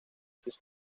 sus